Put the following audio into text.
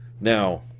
Now